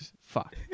fuck